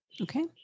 Okay